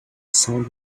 sound